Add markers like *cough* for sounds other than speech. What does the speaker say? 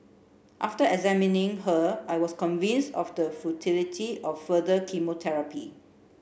after examining her I was convinced of the futility of further *unintelligible*